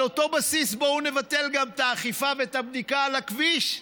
על אותו בסיס בואו נבטל גם את האכיפה ואת הבדיקה על הכביש,